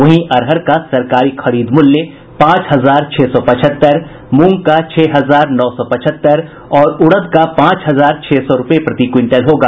वहीं अरहर का सरकारी खरीद मूल्य पांच हजार छह सौ पचहत्तर मूंग का छह हजार नौ सौ पचहत्तर और उड़द का पांच हजार छह सौ रूपये प्रति क्विंटल होगा